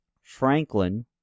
Franklin